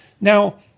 Now